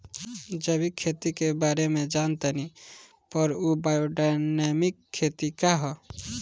जैविक खेती के बारे जान तानी पर उ बायोडायनमिक खेती का ह?